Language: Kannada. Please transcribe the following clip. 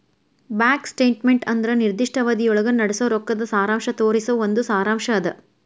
ಬ್ಯಾಂಕ್ ಸ್ಟೇಟ್ಮೆಂಟ್ ಅಂದ್ರ ನಿರ್ದಿಷ್ಟ ಅವಧಿಯೊಳಗ ನಡಸೋ ರೊಕ್ಕದ್ ಸಾರಾಂಶ ತೋರಿಸೊ ಒಂದ್ ಸಾರಾಂಶ್ ಅದ